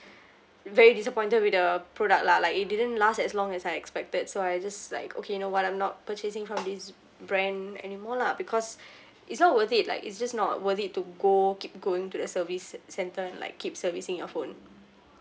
very disappointed with the product lah like it didn't last as long as I expected so I just like okay you know what I'm not purchasing from this brand anymore lah because it's not worth it like it's just not worth it to go keep going to the service centre like keep servicing your phone